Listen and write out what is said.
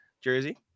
jersey